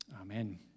amen